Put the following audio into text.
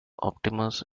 optimus